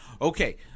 Okay